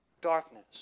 Darkness